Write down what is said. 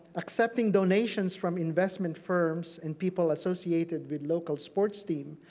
accepting donations from investment firms and people associated with local sports teams,